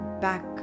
back